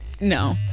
no